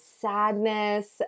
sadness